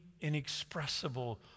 inexpressible